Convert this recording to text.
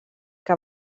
que